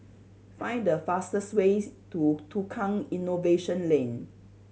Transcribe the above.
find the fastest ways to Tukang Innovation Lane